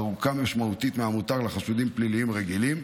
ארוכה משמעותית מהמותר לחשודים פליליים רגילים,